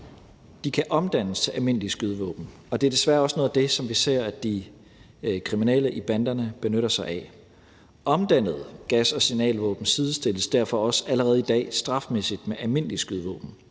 de kan omdannes til almindelige skydevåben, og det er desværre også noget af det, vi ser de kriminelle i banderne benytter sig af. Omdannede gas- og signalvåben sidestilles derfor også allerede i dag strafmæssigt med almindelige skydevåben.